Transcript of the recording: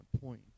point